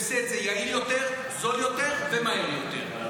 הוא עושה את זה יעיל יותר, זול יותר ומהיר יותר.